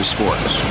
Sports